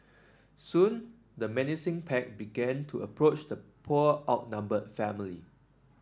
soon the menacing pack began to approach the poor outnumbered family